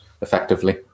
effectively